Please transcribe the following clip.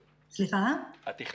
סימונה.